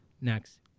next